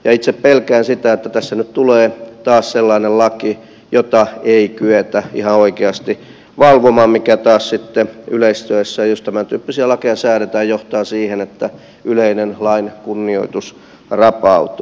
itse pelkään sitä että tässä nyt tulee taas sellainen laki jota ei kyetä ihan oikeasti valvomaan mikä taas sitten yleistyessään jos tämäntyyppisiä lakeja säädetään johtaa siihen että yleinen lain kunnioitus rapautuu